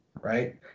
right